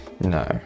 no